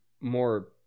more